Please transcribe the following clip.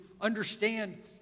understand